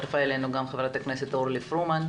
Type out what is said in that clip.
הצטרפה אלינו גם חברת הכנסת אורלי פרומן,